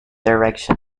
direction